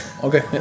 Okay